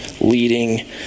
leading